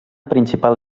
principal